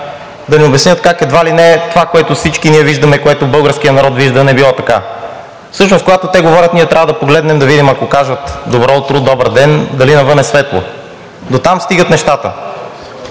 да ни обяснят как едва ли не това, което всички ние виждаме, което българският народ вижда, не било така. Всъщност, когато те говорят, ние трябва да погледнем да видим, ако кажат: „Добро утро!“, „Добър ден!“, дали навън е светло. Дотам стигат нещата.